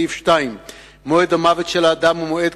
בסעיף 2: מועד המוות של האדם הוא מועד